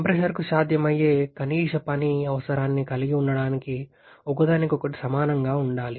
కంప్రెసర్కు సాధ్యమయ్యే కనీస పని అవసరాన్ని కలిగి ఉండటానికి ఒకదానికొకటి సమానంగా ఉండాలి